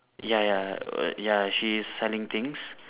ya ya oh ya she is selling things